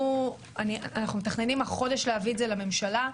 אנחנו מתכננים החודש להביא את זה לממשלה.